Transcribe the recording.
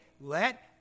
let